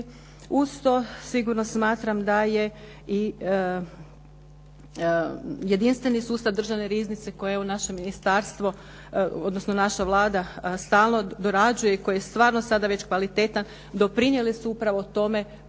to sigurno smatram da je i jedinstveni sustav državne riznice koja je u naše ministarstvo, odnosno naša Vlada stalno dorađuje i koje stvarno sada već kvalitetan doprinijeli su upravo tome